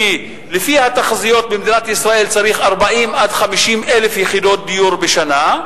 לפי התחזיות במדינת ישראל צריך 40,000 50,000 יחידות דיור בשנה.